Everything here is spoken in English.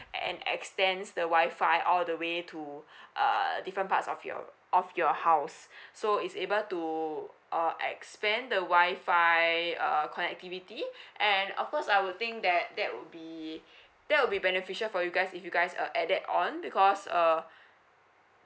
a~ and extends the wi-fi all the way to err different parts of your of your house so is able to uh expand the wi-fi uh connectivity and of course I would think that that would be that would be beneficial for you guys if you guys uh add that on because uh